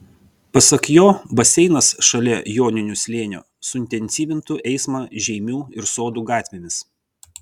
pasak jo baseinas šalia joninių slėnio suintensyvintų eismą žeimių ir sodų gatvėmis